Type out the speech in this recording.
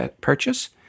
purchase